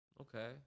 Okay